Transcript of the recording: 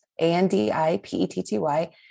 A-N-D-I-P-E-T-T-Y